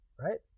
right